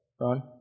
Ron